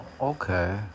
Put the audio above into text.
okay